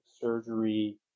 surgery